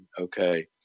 okay